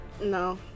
No